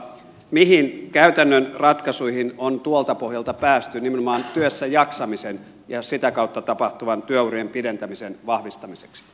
mihin käytännön ratkaisuihin on tuolta pohjalta päästy nimenomaan työssäjaksamisen ja sitä kautta tapahtuvan työurien pidentämisen vahvistamiseksi